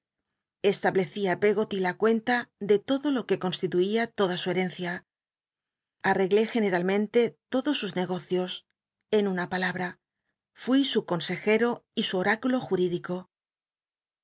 l cggoty la cuenta de lodo lo que constituía toda ht herencia arreglé generalmente todos sus negocios en una palabra fui su consejero y su oráculo julidico